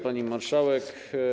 Pani Marszałek!